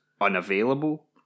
unavailable